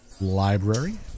library